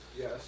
Yes